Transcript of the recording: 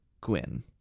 Gwyn